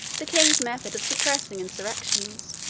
the king's method of suppressing insurrections.